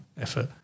effort